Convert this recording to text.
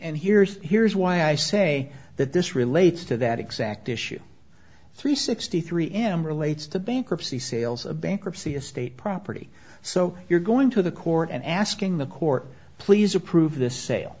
here's here's why i say that this relates to that exact issue three sixty three m relates to bankruptcy sales a bankruptcy estate property so you're going to the court and asking the court please approve this sale